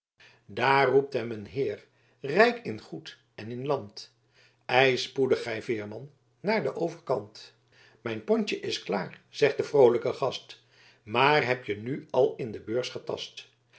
roept hem een heer rijk in goed en in land ei spoedig gij veerman naar d overkant mijn pontje is klaar zegt de vroolijke gast maar heb je nu al in de beurs getast